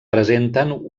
presenten